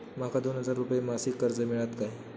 माका दोन हजार रुपये मासिक कर्ज मिळात काय?